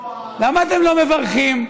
למה אתם לא מברכים?